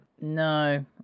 No